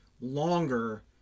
longer